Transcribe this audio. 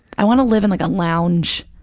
i want to live in like a lounge.